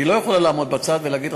היא לא יכולה לעמוד בצד ולהגיד,